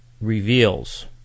reveals